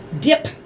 dip